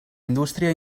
indústria